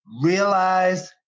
realize